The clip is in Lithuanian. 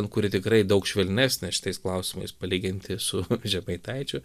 kuri tikrai daug švelnesnė šitais klausimais palyginti su žemaitaičiu